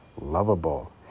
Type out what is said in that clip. lovable